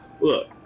look